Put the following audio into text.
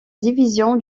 division